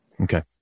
Okay